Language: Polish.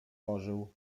ożył